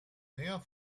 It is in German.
nähe